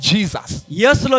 Jesus